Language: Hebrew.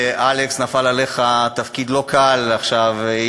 אלכס, שנפל עליך תפקיד לא קל עכשיו.